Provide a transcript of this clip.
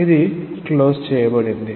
ఇది క్లోజ్ చేయబడింది